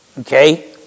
Okay